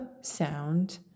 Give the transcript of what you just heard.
sound